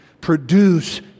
produce